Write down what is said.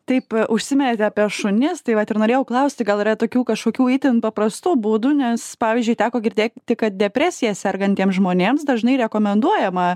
taip užsiminėte apie šunis tai vat ir norėjau klausti gal yra tokių kažkokių itin paprastų būdų nes pavyzdžiui teko girdėti tik kad depresija sergantiems žmonėms dažnai rekomenduojama